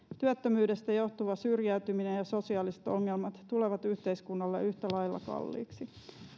työttömyydestä johtuva syrjäytyminen ja sosiaaliset ongelmat tulevat yhteiskunnalle yhtä lailla kalliiksi